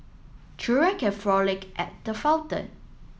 children can frolic at the fountain